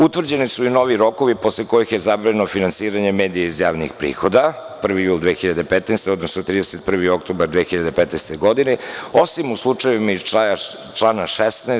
Utvrđeni su i novi rokovi posle kojih je zabranjeno finansiranje medija iz javnih prihoda, 1. jul 2015. godine, odnosno 31. oktobar 2015. godine, osim u slučajevima iz člana 16.